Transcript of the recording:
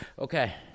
Okay